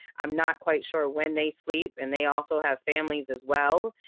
i'm not quite sure when they sleep, and they also have families, as well.